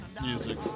music